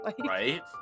Right